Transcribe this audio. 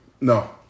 No